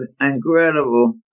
incredible